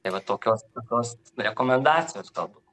tai va tokios tos rekomendacijos galbūt